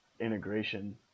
integration